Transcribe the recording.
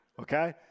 okay